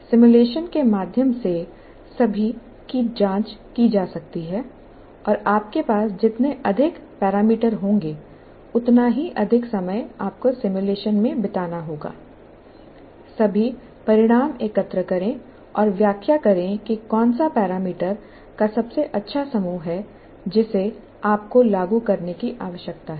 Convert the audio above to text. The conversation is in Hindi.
सिमुलेशन के माध्यम से सभी की जांच की जा सकती है और आपके पास जितने अधिक पैरामीटर होंगे उतना ही अधिक समय आपको सिमुलेशन में बिताना होगा सभी परिणाम एकत्र करें और व्याख्या करें कि कौन सा पैरामीटर का सबसे अच्छा समूह है जिसे आपको लागू करने की आवश्यकता है